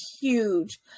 huge